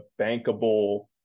bankable